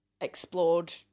explored